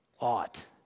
ought